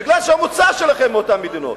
כי המוצא שלכם מאותן מדינות,